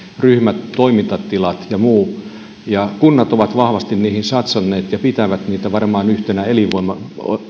ryhmät toimintatilat ja muu kunnat ovat vahvasti niihin satsanneet ja pitävät niitä varmaan yhtenä elinvoiman